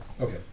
Okay